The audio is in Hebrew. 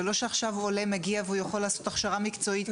זה לא שעכשיו עולה מגיע והוא יכול לעשות הכשרה מקצועית,